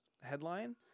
headline